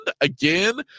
again